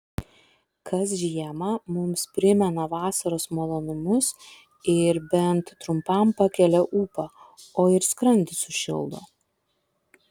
kas žiemą mums primena vasaros malonumus ir bent trumpam pakelią ūpą o ir skrandį sušildo